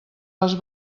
les